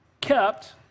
kept